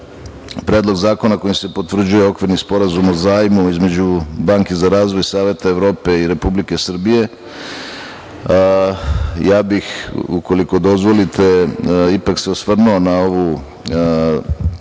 Predlog zakona kojim se potvrđuje okvirni Sporazum o zajmu između Banke za razvoj Saveta Evrope i Republike Srbije, ja bih, ukoliko dozvolite, ipak se osvrnuo na ovu